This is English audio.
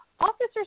Officers